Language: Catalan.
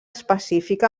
específica